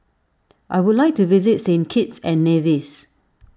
I would like to visit Saint Kitts and Nevis